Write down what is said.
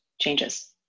changes